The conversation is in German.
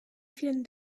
vielen